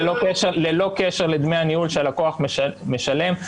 ללא קשר לדמי הניהול שהלקוח משלם.